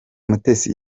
mutesi